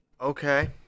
okay